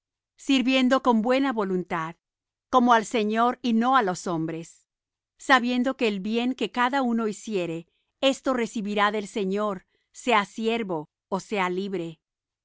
sirviendo con buena voluntad como al señor y no á los hombres sabiendo que el bien que cada uno hiciere esto recibirá del señor sea siervo ó sea libre